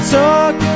talk